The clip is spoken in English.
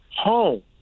Home